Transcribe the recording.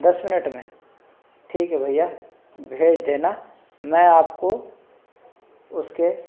दस मिनट में ठीक है भैया भेज देना मैं आप को उस के